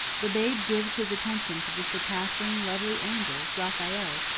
the babe gives his attention to the surpassingly lovely angel, raphael,